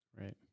right